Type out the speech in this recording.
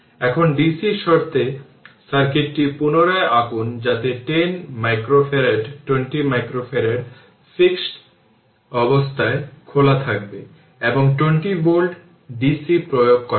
এখন DC শর্তে সার্কিটটি পুনরায় আঁকুন যাতে 10 মাইক্রো ফ্যারাড 20 মাইক্রোফ্যারাড ফিক্সড অবস্থায় খোলা থাকবে এবং 20 ভোল্ট DC প্রয়োগ করা হয়